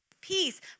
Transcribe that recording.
peace